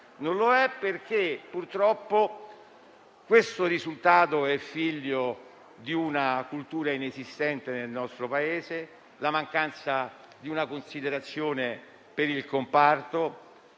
Non lo è, perché purtroppo questo risultato è figlio di una cultura inesistente nel nostro Paese, della mancanza di considerazione per il comparto